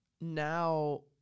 now